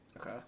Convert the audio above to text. Okay